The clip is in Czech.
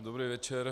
Dobrý večer.